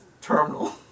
terminal